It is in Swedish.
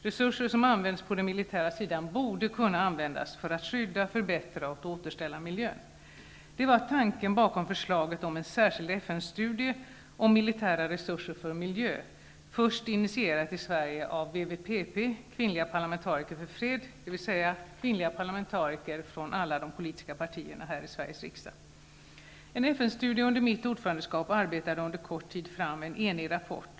Resurser som nu används på den militära sidan borde kunna användas för att skydda, förbättra och återställa miljön. Detta var tanken bakom förslaget om en särskild FN-studie om militära resurser för miljö, först initierat i Sverige av WWPP, kvinnliga parlamentariker för fred, dvs. kvinnliga parlamentariker från samtliga politiska partier här i Sveriges riksdag. En FN-studie under mitt ordförandeskap arbetade under kort tid fram en enig rapport.